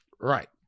right